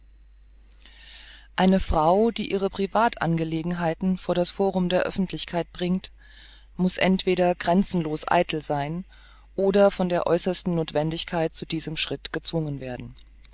eine frau die ihre privat angelegenheiten vor das forum der öffentlichkeit bringt muß entweder grenzenlos eitel sein oder von der äußersten nothwendigkeit zu diesem schritte gezwungen werden